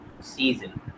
season